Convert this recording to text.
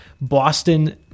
Boston